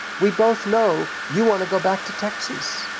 we both know you want to go back to texas,